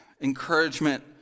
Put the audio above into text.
encouragement